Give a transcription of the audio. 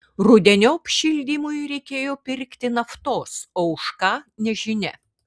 rudeniop šildymui reikėjo pirkti naftos o už ką nežinia